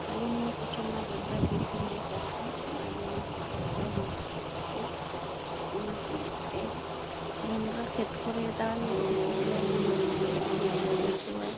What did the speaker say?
ᱟᱞᱮ ᱱᱤᱭᱟᱹ ᱴᱚᱴᱷᱟ ᱢᱟ ᱡᱚᱸᱰᱨᱟᱜᱮ ᱰᱷᱮᱨᱞᱮ ᱪᱟᱥᱟ ᱚᱱᱟ ᱧᱮᱧᱮᱞᱜᱮᱠᱚ ᱦᱤᱡᱩᱜᱼᱟ ᱱᱚᱸᱰᱮ ᱦᱮᱡ ᱠᱟᱛᱮᱫ ᱚᱱᱟᱠᱚ ᱨᱮ ᱡᱚᱸᱰᱨᱟ ᱠᱷᱮᱛ ᱠᱚᱨᱮ ᱫᱟᱬᱟᱱ ᱞᱮ ᱤᱫᱤᱠᱚ ᱜᱮᱭᱟ ᱚᱱᱟ ᱧᱮᱞ ᱠᱟᱛᱮᱫ ᱟᱹᱰᱤ ᱵᱮᱥᱠᱚ ᱵᱩᱡᱷᱟᱹᱣᱟ